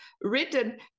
written